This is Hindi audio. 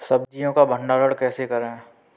सब्जियों का भंडारण कैसे करें?